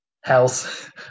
house